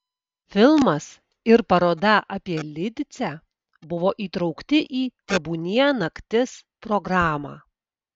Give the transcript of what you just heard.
filmas ir paroda apie lidicę buvo įtraukti į tebūnie naktis programą